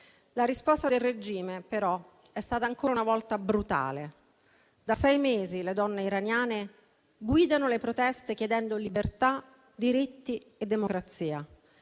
La risposta del regime, però, è stata ancora una volta brutale. Da sei mesi le donne iraniane guidano le proteste, chiedendo libertà, diritti e democrazia.